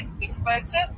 expensive